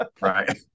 Right